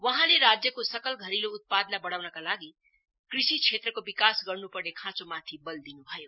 वहाँले राज्यको सकल घरेलु उत्पादलाई बढ़ाउनका लागि कृषि क्षेत्रको विकास गर्नुपर्ने खाँचोमाथि बल दिनु भयो